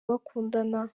bakundana